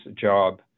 job